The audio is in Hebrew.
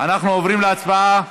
אנחנו עוברים להצבעה.